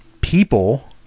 people